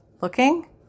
looking